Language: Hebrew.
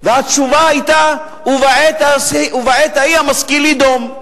התשובה היתה: ובעת ההיא המשכיל יידום.